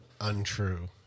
Untrue